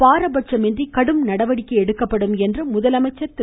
பாரபட்சமின்றி கடும் நடவடிக்கை எடுக்கப்படும் என்று முதலமைச்சர் திரு